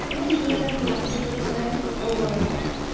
ইমান ধুনীয়া লাগে মাতটো চৰাইৰ নক'ব আৰু